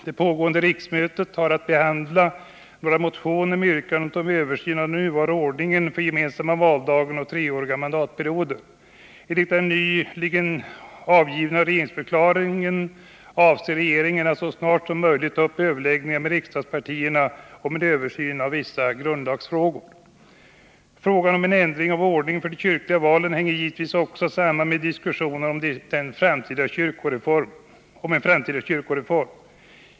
Det pågående riksmötet har att behandla några motioner med yrkanden om översyn av den nuvarande ordningen med gemensam valdag och treåriga mandatperioder. Enligt den nyligen avgivna regeringsförklaringen avser regeringen att så snart som möjligt ta upp överläggningar med riksdagspartierna om en översyn av vissa grundlagsfrågor. Frågan om en ändrad ordning för de kyrkliga valen hänger givetvis också samman med diskussionerna om en framtida kyrkoreform.